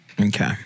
Okay